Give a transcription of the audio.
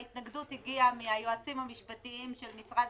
ההתנגדות הגיעה מהיועצים המשפטיים של משרד